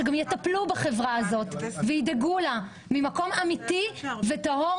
שגם יטפלו בחברה הזאת וידאגו לה ממקום אמיתי וטהור